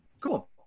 Cool